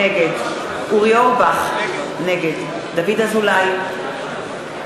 נגד אורי אורבך, נגד דוד אזולאי,